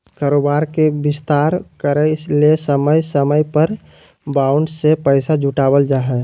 कारोबार के विस्तार करय ले समय समय पर बॉन्ड से पैसा जुटावल जा हइ